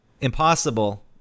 impossible